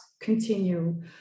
continue